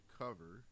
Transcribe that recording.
cover